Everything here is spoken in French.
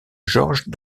georges